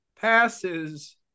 passes